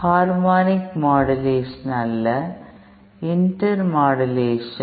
harmonic modulation அல்ல inter modulation